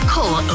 Call